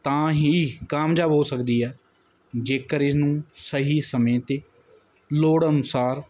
ਤਾਂ ਹੀ ਕਾਮਯਾਬ ਹੋ ਸਕਦੀ ਹੈ ਜੇਕਰ ਇਹਨੂੰ ਸਹੀ ਸਮੇਂ 'ਤੇ ਲੋੜ ਅਨੁਸਾਰ